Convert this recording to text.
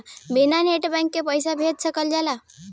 बिना net banking के पईसा भेज सकल जाला?